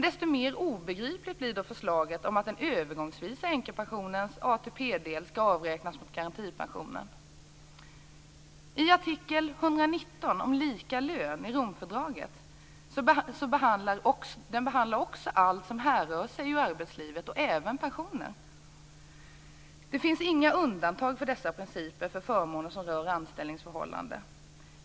Desto mer obegripligt blir då förslaget att den övergångsvisa änkepensionens ATP Artikel 119 om lika lön i Romfördraget behandlar också allt som härrör från arbetslivet, även pensioner. Det finns inga undantag för dessa principer för förmåner som rör anställningsförhållanden.